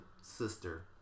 sister